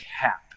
cap